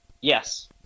Yes